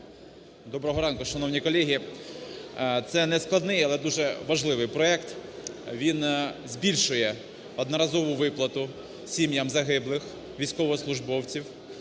Доброго ранку, шановні колеги. Це нескладний, але дуже важливий проект. Він збільшує одноразову виплату сім'ям загиблих військовослужбовців